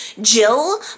Jill